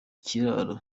icyiraro